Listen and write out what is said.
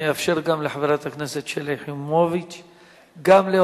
אני אאפשר גם לחברת הכנסת שלי יחימוביץ להודות.